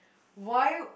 why